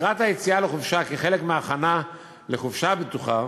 לקראת היציאה לחופשה, כחלק מההכנה לחופשה בטוחה,